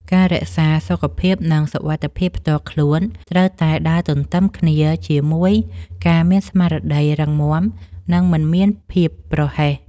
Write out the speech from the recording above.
ការរក្សាសុខភាពនិងសុវត្ថិភាពផ្ទាល់ខ្លួនត្រូវតែដើរទន្ទឹមគ្នាជាមួយការមានស្មារតីរឹងមាំនិងមិនមានភាពប្រហែស។